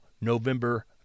November